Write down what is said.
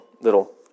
little